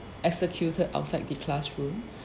executed outside the classroom